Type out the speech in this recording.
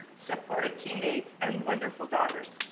supportive teammates and wonderful daughters.